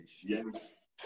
yes